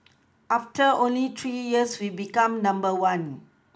after only three years we've become number one